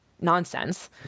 nonsense